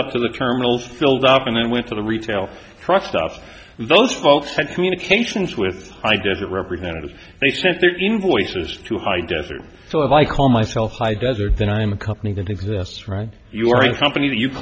up to the terminals filled up and went to the retail truck stops those folks had communications with high desert representatives they sent their invoices to high desert so if i call myself high desert then i am a company that exists right you are a company that you